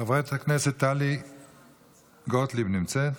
חברת הכנסת טלי גוטליב נמצאת?